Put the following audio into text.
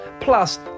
plus